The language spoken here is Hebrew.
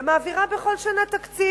ומעבירה בכל שנה תקציב.